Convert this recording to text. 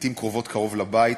לעתים קרובות קרוב לבית,